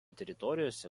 teritorijose